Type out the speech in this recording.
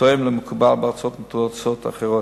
שתואם למקובל בארצות מתועשות אחרות.